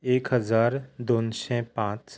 एक हजार दोनशें पांच